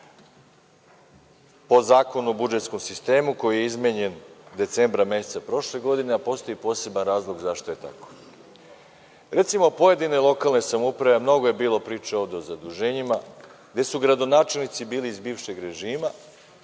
po Zakonu o budžetskom sistemu koji je izmenjen decembra meseca prošle godine, a postoji poseban razlog zašto je tako. Recimo, pojedine lokalne samouprave, a mnogo je bilo priče ovde o zaduženjima, gde su gradonačelnici bili iz bivšeg režima,